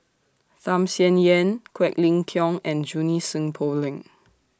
Tham Sien Yen Quek Ling Kiong and Junie Sng Poh Leng